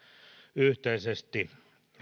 yhteisesti